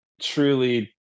truly